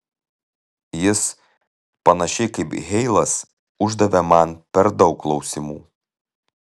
jis panašiai kaip heilas uždavė man per daug klausimų